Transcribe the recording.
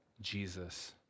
Jesus